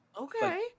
Okay